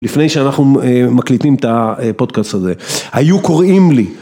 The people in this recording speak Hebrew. לפני שאנחנו מקליטים את הפודקאסט הזה, היו קוראים לי.